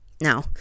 Now